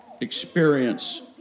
experience